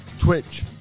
Twitch